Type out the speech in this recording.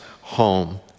home